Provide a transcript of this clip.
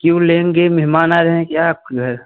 क्यों लेंगे मेहमान आ रहें क्या आपके घर